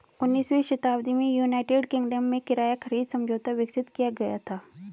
उन्नीसवीं शताब्दी में यूनाइटेड किंगडम में किराया खरीद समझौता विकसित किया गया था